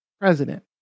president